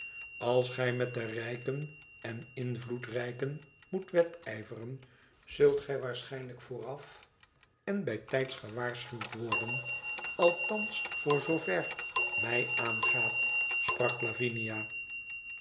als gij met de rijken en invloedrijken moet wedijveren zult gij waarschijnlijk vooraf en bijtijds gewaarschuwd worden althans voor zoover mij aangaat sprak lavinia